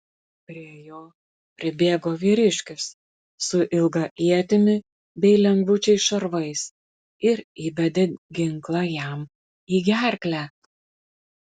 prie jo pribėgo vyriškis su ilga ietimi bei lengvučiais šarvais ir įbedė ginklą jam į gerklę